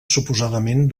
suposadament